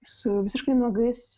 su visiškai nuogais